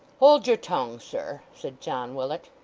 hold your tongue, sir said john willet.